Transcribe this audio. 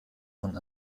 von